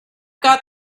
got